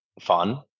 fun